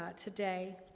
today